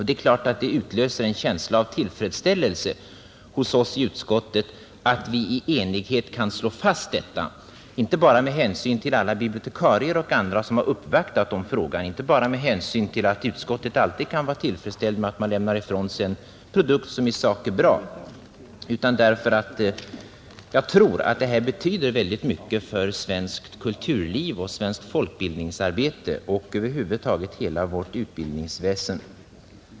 Det är klart att det utlöser en känsla av tillfredsställelse hos oss i utskottet att vi i enighet kan slå fast detta, inte bara med hänsyn till alla bibliotekarier och andra som har uppvaktat i frågan, inte bara med hänsyn till att utskottet alltid kan vara tillfredsställt med att lämna ifrån sig en produkt som i sak är bra, utan därför att vi tror att detta betyder väldigt mycket för svenskt kulturliv, svenskt folkbildningsarbete och över huvud taget hela vårt utbildningsväsen.